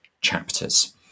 chapters